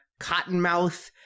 Cottonmouth